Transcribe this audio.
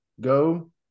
Go